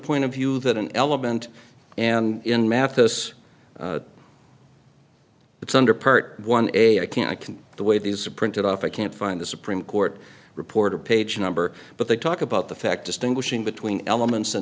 point of view that an element and in math this that's under part one a i can't i can the way these are printed off i can't find the supreme court reporter page number but they talk about the fact distinguishing between elements